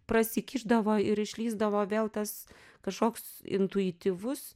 prasikišdavo ir išlįsdavo vėl tas kažkoks intuityvus